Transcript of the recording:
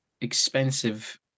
expensive